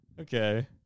Okay